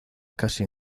casi